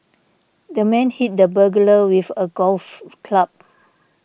the man hit the burglar with a golf club